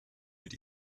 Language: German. mit